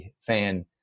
fan